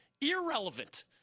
irrelevant